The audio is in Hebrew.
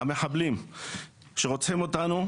המחבלים שרוצחים אותנו,